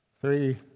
three